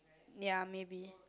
ya maybe